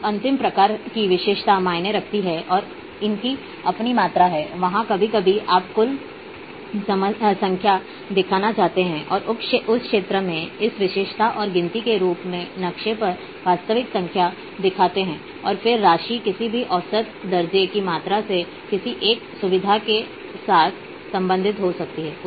अब अंतिम प्रकार की विशेषता मायने रखती है और इनकी अपनी मात्रा है वहां कभी कभी आप कुल संख्या दिखाना चाहते हैं और उस क्षेत्र में एक विशेषता और गिनती के रूप में नक्शे पर वास्तविक संख्या दिखाते है और फिर राशि किसी भी औसत दर्जे की मात्रा से किसी एक सुविधा के साथ संबंधित हो सकती है